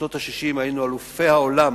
בשנות ה-60 היינו אלופי העולם